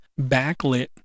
backlit